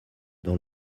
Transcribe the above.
dans